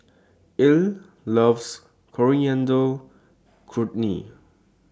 Ilah loves Coriander Chutney